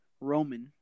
Roman